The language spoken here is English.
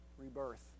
rebirth